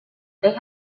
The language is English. they